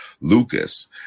lucas